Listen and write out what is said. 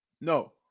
No